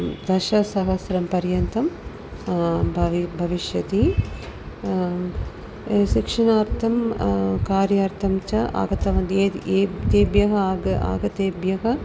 दशसहस्रं पर्यन्तं बवि भविष्यति ये शिक्षणार्थं कार्यार्थं च आगतवान् एद् एद् एतेभ्यः आगतेभ्यः